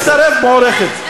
מצטרף, מוערכת.